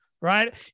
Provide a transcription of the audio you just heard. right